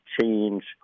change